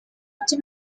ibyo